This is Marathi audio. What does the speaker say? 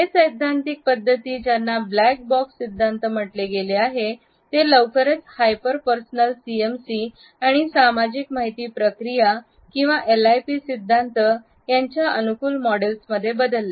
हे सैद्धांतिक पध्दती ज्यांना ब्लॅक बॉक्स सिद्धांत म्हटले गेले आहे ते लवकरच हायपर पर्सनल सीएमसी आणि सामाजिक माहिती प्रक्रिया किंवा एसआयपी सिद्धांत त्यांच्या अनुकूलक मॉडेल्समध्ये बदलले